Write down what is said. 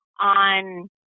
on